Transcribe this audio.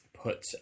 put